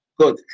Good